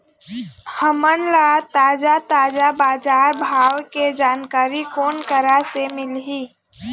हमन ला ताजा ताजा बजार भाव के जानकारी कोन करा से मिलही?